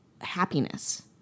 happiness